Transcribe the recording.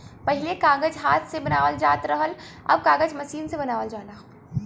पहिले कागज हाथ से बनावल जात रहल, अब कागज मसीन से बनावल जाला